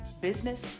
business